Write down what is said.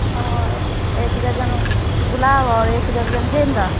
एक दर्जन गुलाब और एक दर्जन गेंदा